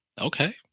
Okay